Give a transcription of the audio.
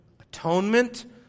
atonement